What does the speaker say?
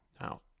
Now